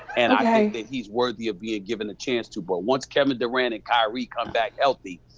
and i think that he's worthy of being given a chance to. but once kevin durant and kyrie come back healthy,